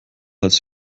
als